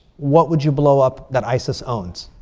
what would you blow up that isis owns?